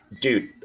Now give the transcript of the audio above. Dude